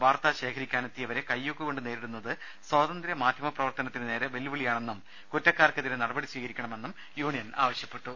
വാർത്താശേഖരിക്കാനെത്തിയവരെ കയ്യൂക്ക് കൊണ്ട് നേരിടുന്നത് സ്വതന്ത്ര്യമാധ്യമ പ്രവർത്തനത്തിന് നേരെ വെല്ലുവിളിയാണെന്നും കുറ്റക്കാർക്കെതിരെ നടപടി സ്വീകരിക്കണമെന്നും യൂണിയൻ പ്രസ്താവനയിൽ ആവശ്യപ്പെട്ടു